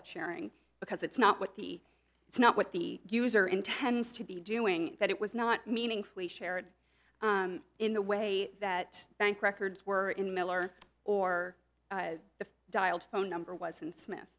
it sharing because it's not what the it's not what the user intends to be doing that it was not meaningfully shared in the way that bank records were in miller or the dialed phone number was and smith